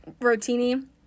Rotini